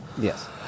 yes